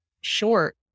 short